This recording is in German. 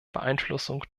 beeinflussung